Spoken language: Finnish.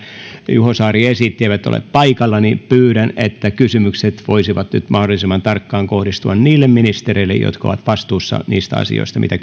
juho saari esitti eivät ole paikalla niin pyydän että kysymykset voisivat nyt mahdollisimman tarkkaan kohdistua niille ministereille jotka ovat vastuussa niistä asioista mitä